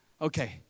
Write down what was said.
Okay